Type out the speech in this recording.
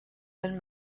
been